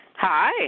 Hi